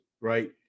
right